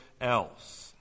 else